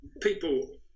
People